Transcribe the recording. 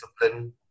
discipline